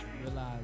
Realize